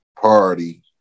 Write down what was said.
party